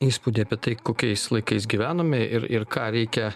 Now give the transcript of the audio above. įspūdį apie tai kokiais laikais gyvename ir ir ką reikia